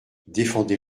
défendez